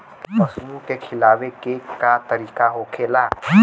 पशुओं के खिलावे के का तरीका होखेला?